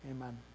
Amen